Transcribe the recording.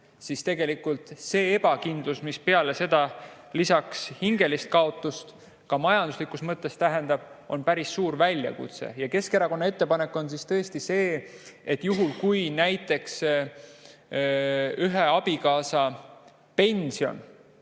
toime. Tegelikult see ebakindlus, mis peale hingelise kaotuse ka majanduslikus mõttes tekib, on päris suur väljakutse. Keskerakonna ettepanek on selline, et juhul, kui näiteks ühe abikaasa pension